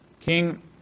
king